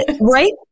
Right